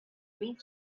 free